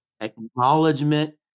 acknowledgement